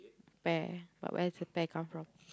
pear but where is the pear come from